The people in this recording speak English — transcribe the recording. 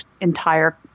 entire